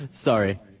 Sorry